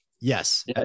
Yes